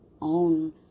own